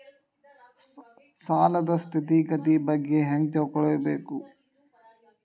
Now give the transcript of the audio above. ಸಾಲದ್ ಸ್ಥಿತಿಗತಿ ಬಗ್ಗೆ ಹೆಂಗ್ ತಿಳ್ಕೊಬೇಕು?